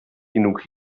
genug